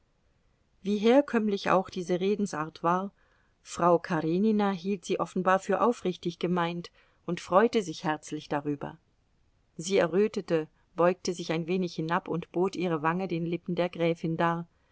wie herkömmlich auch diese redensart war frau karenina hielt sie offenbar für aufrichtig gemeint und freute sich herzlich darüber sie errötete beugte sich ein wenig hinab und bot ihre wangen den lippen der gräfin dar